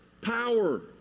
power